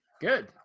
Good